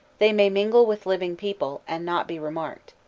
they may mingle with living people, and not be remarked.